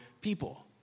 people